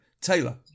Taylor